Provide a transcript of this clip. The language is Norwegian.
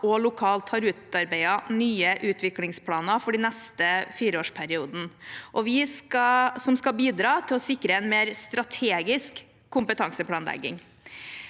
og lokalt har utarbeidet nye utviklingsplaner for den neste fireårsperioden, som skal bidra til å sikre en mer strategisk kompetanseplanlegging.